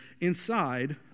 inside